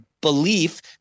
belief